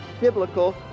biblical